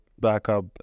Backup